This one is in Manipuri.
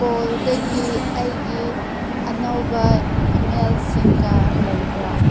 ꯄꯣꯜꯗꯒꯤ ꯑꯩꯒꯤ ꯑꯅꯧꯕ ꯏꯃꯦꯜꯁꯨꯡꯒ ꯂꯩꯕ꯭ꯔꯥ